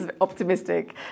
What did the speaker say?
Optimistic